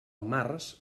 març